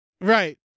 right